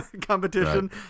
competition